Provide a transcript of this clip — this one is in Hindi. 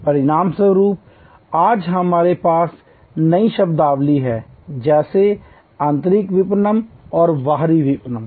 परिणामस्वरूप आज हमारे पास नई शब्दावली है जैसे आंतरिक विपणन और बाहरी विपणन